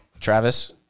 Travis